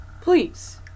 please